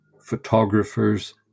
photographers